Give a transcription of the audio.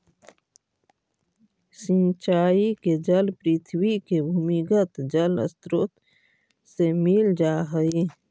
सिंचाई के जल पृथ्वी के भूमिगत जलस्रोत से मिल जा हइ